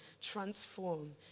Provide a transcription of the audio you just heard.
transform